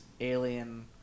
alien